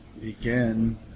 begin